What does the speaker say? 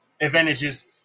advantages